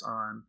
on